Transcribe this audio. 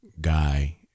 guy